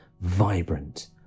vibrant